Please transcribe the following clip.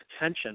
attention